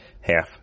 half